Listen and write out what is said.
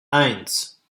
eins